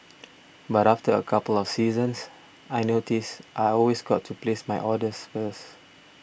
but after a couple of seasons I noticed I always got to place my orders first